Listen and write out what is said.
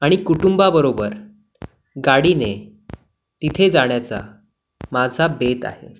आणि कुटुंबाबरोबर गाडीने तिथे जाण्याचा माझा बेत आहे